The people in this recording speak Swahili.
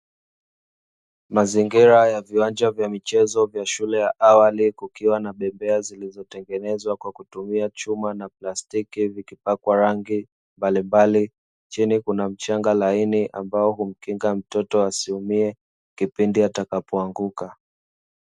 Mazingira ya viwanja vya michezo vya shule ya awali kukiwa na bembea zilizotengenezwa kwa kutumia chuma na plastiki vikipakwa rangi mbalimbali, chini kuna mchanga laini ambao humkinga mtoto asiumie kipindi atakapoanguka.